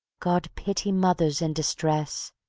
god pity mothers in distress,